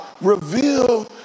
reveal